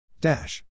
Dash